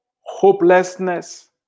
hopelessness